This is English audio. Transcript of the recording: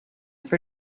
for